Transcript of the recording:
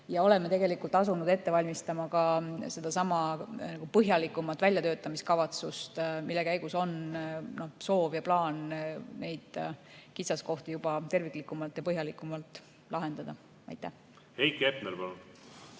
ja oleme tegelikult asunud ette valmistama ka põhjalikumat väljatöötamiskavatsust, mille käigus on soov ja plaan neid kitsaskohti juba terviklikumalt ja põhjalikumalt lahendada. Aitäh, austatud